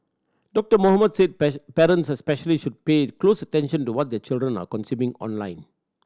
Doctor Mohamed said parents especially should pay close attention to what their children are consuming online